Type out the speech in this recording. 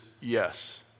yes